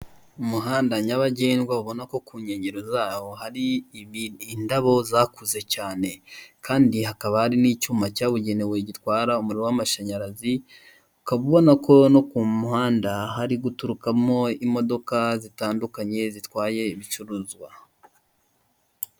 Umuhanda nyabagendwa ubona ko ku nkengero zawo hari indabo zakuze cyane, kandi hakaba hari n'icyuma cyabugenewe gitwara umuriro w'amashanyarazi, ukaba ubona ko no ku muhanda hari guturukamo imodoka zitandukanye zitwaye ibicuruzwa.